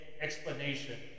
explanation